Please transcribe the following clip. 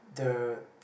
the